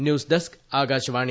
news desk Akashvani